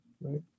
right